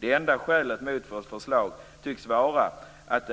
Det enda argumentet mot vårt förslag tycks vara att